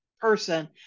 person